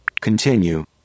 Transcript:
Continue